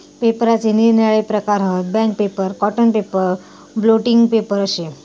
पेपराचे निरनिराळे प्रकार हत, bank paper, cotton paper, blotting paper अशे